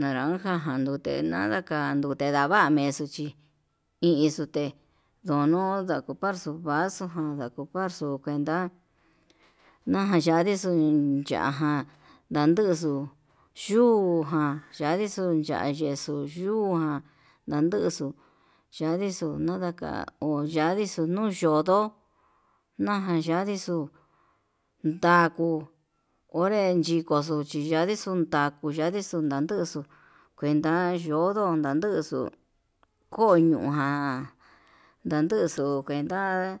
naranja jan ndute nandaka ndute ndava'a nexo'o chi iin xute, ndono ndakupar tuu vaso ján ndakuparxu cuenta na'a yandixo ya'á ján nanduxu yuu ján yandixo ya'a yexoo yuu ján ndaduxu chandixo nadaka ho yandixo no'o yondo naján yandixo ndakuu onre yukuxo chiyandixon takuu yii yandixo ndanduxu kuenta yodo yanduxo koño ján ndanduxu kuenta.